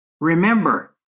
Remember